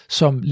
som